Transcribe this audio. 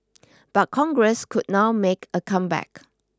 but Congress could now make a comeback